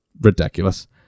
ridiculous